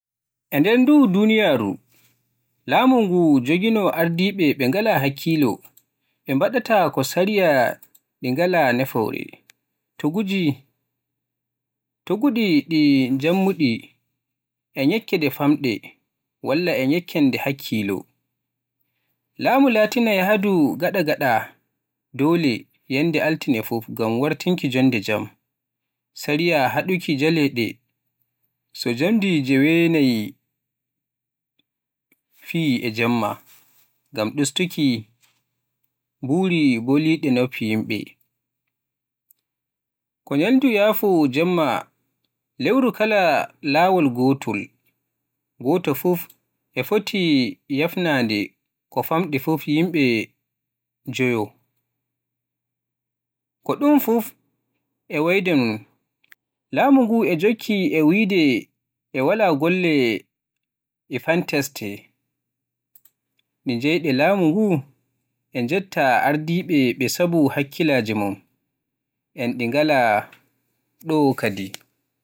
E nder doo duniyaaru, laamu nguu joginoo ardiiɓe ɓe ngalaa hakkilo, ɓe mbaɗata ko sariyaaji ɗi ngalaa nafoore, tuugiiɗi e njiimaandi, e ŋakkeende faamde, walla e ŋakkeende hakkilo. Laamu latina yahdu gada-gada doole yannde altine fuf ngam wartirki jonde jam. Sariya haduuki Jaleeɗe so jamde jewetati fiyi e Jemma, ngam dustuki buri bolide noppi yimbe. Ko Ñalngu yaafuya jamaanu – Lewru kala laawol gootol, gooto fof e foti yaafnaade ko famɗi fof yimɓe njoyo. Ko ɗum fof e wayde noon, laamu nguu e jokki e wiyde e waɗa golle lfantaste, tee jaayɗe laamu nguu e njetta ardiiɓe ɓee sabu hakkillaaji mum en ɗi ngalaa ɗo kaaɗi.